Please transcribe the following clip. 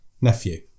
Nephew